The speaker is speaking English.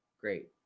Great